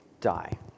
die